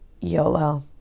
YOLO